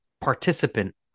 participant